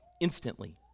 instantly